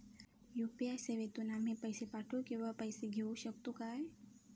UPI सेवेतून आम्ही पैसे पाठव किंवा पैसे घेऊ शकतू काय?